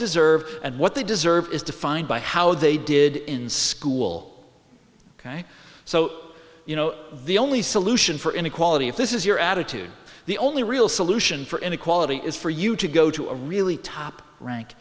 deserve and what they deserve is defined by how they did in school ok so you know the only solution for inequality if this is your attitude the only real solution for inequality is for you to go to a really top rank